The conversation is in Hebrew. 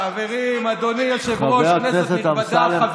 חבר הכנסת אמסלם,